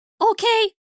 Okay